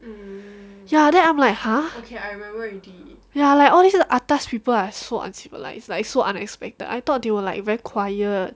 ya then I'm like !huh! like all these atas people are so uncivilized like so unexpected I thought they were like very quiet